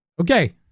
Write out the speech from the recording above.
Okay